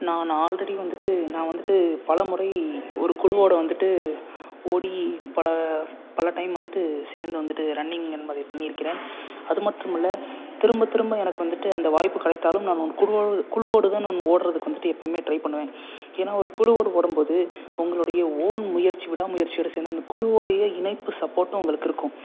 நான் ஆல்ரெடி வந்துட்டு நான் வந்துட்டு பலமுறை ஒரு குழுவோடு வந்துட்டு ஓடி பல பல டைம் வந்துட்டு சேர்ந்து வந்துட்டு ரன்னிங் அந்த மாதிரி பண்ணியிருக்கிறேன் அது மட்டுமல்ல திரும்ப திரும்ப எனக்கு வந்துட்டு அந்த வாய்ப்பு கிடைத்தாலும் நான் ஒரு குழுவாக குழுவோடு தான் நான் ஓடுறதுக்கு வந்துட்டு எப்பயும் ட்ரை பண்ணுவேன் ஏன்னா ஒரு குழுவோடு ஓடும் போது உங்களுடைய ஓன் முயற்சி விடாமுயற்சியோடு சேர்ந்து அந்த குழுவோடய இணைப்பு சப்போர்ட்டும் உங்களுக்கு இருக்கும்